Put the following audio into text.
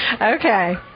Okay